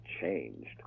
changed